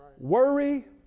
Worry